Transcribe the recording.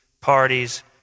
parties